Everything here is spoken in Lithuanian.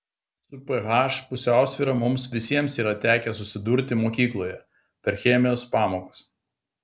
su ph pusiausvyra mums visiems yra tekę susidurti mokykloje per chemijos pamokas